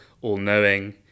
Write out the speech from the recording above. all-knowing